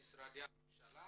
למשרדי הממשלה